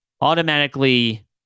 automatically